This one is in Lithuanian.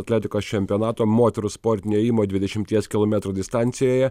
atletikos čempionato moterų sportinio ėjimo dvidešimties kilometrų distancijoje